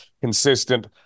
consistent